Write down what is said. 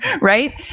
Right